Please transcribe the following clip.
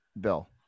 Bill